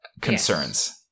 concerns